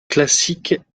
classique